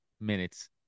minutes